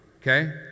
okay